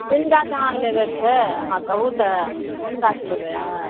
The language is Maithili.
कोन गाछ अहाँकेँ लेबएके छै अहाँ कहू तऽ कोन गाछ लेबए अहाँ